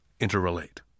interrelate